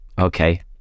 Okay